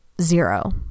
zero